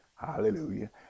hallelujah